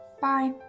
bye